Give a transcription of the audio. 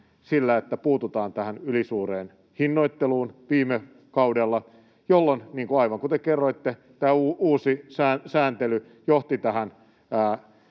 siitä, että puututaan tähän ylisuureen hinnoitteluun viime kaudella, jolloin, aivan kuten kerroitte, tämä uusi sääntely johti tähän